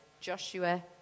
Joshua